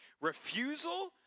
Refusal